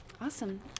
Awesome